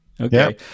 Okay